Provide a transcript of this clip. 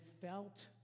felt